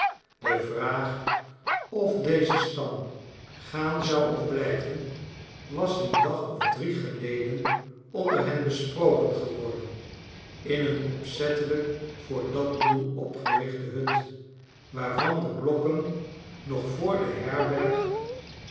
de vraag of deze stam gaan zou of blijven was een dag ofdrie geleden onder hen besproken geworden in een opzettelijk voor dat doel opgerichte hut waarvan de blokken